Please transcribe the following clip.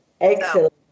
Excellent